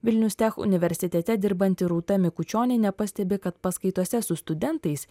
vilnius tech universitete dirbanti rūta mikučionienė pastebi kad paskaitose su studentais